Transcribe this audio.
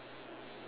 ya